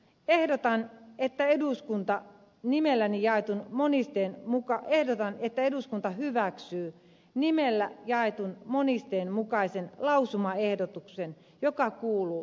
ehdotan että eduskunta nimelläni jaetun monisteen muka ehdotan että eduskunta hyväksyy nimelläni jaetun monisteen mukaisen lausumaehdotuksen joka kuuluu seuraavasti